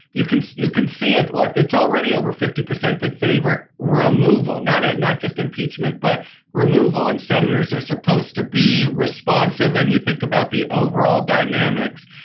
you can you can see it. look, it's already over fifty percent that favor removal, not it not just impeachment, but removal. and senators are supposed to be responsive and you think about the overall dynamics.